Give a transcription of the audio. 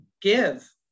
give